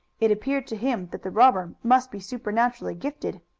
it appeared to him that the robber must be supernaturally gifted.